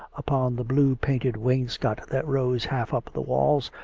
upon the blue painted wainscot that rose half up the walls,